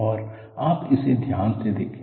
और आप इसे ध्यान से देखें